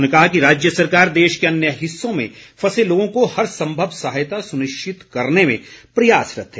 उन्होंने कहा कि राज्य सरकार देश के अन्य हिस्सों में फंसे लोगों को हर संभव सहायता सुनिश्चित करने में प्रयासरत्त है